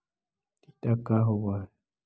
टीडा का होव हैं?